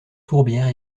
tourbière